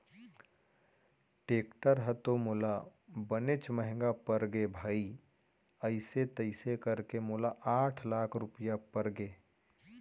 tractor ह तो मोला बनेच महँगा परगे भाई अइसे तइसे करके मोला आठ लाख रूपया परगे